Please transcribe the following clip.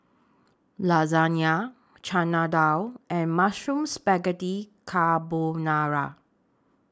Lasagne Chana Dal and Mushroom Spaghetti Carbonara